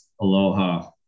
aloha